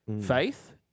faith